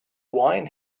wine